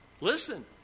Listen